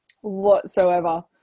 whatsoever